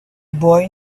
boy